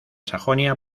sajonia